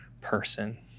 person